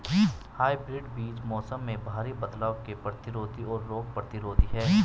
hybrid बीज मौसम में भारी बदलाव के प्रतिरोधी और रोग प्रतिरोधी हैं